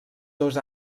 dos